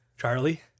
charlie